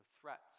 threats